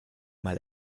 mal